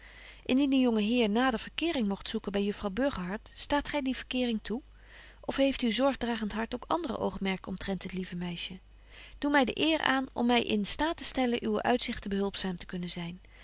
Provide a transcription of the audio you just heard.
indien de jonge heer nader verkeering mogt zoeken by juffrouw burgerhart staat gy die verkeering toe of heeft uw zorgdragent hart betje wolff en aagje deken historie van mejuffrouw sara burgerhart ook andere oogmerken omtrent het lieve meisje doe my de eer aan om my in staat te stellen uwe uitzichten behulpzaam te kunnen zyn